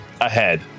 ahead